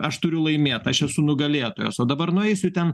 aš turiu laimėt aš esu nugalėtojas o dabar nueisiu ten